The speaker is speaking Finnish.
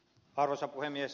arvoisa puhemies